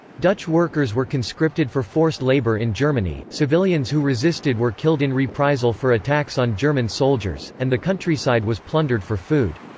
dutch workers were conscripted for forced labour in germany, civilians who resisted were killed in reprisal for attacks on german soldiers, and the countryside was plundered for food.